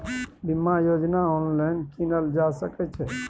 बीमा योजना ऑनलाइन कीनल जा सकै छै?